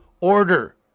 order